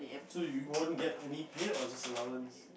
so you won't get any pay or just allowance